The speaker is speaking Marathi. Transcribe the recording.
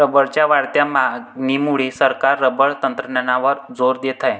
रबरच्या वाढत्या मागणीमुळे सरकार रबर तंत्रज्ञानावर जोर देत आहे